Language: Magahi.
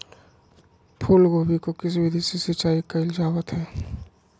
फूलगोभी को किस विधि से सिंचाई कईल जावत हैं?